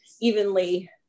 evenly